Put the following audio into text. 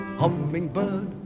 hummingbird